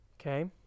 Okay